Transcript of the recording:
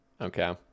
Okay